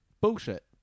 bullshit